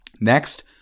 Next